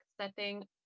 setting